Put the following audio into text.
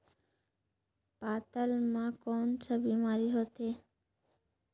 पातल म कौन का बीमारी होथे?